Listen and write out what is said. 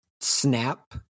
Snap